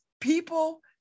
people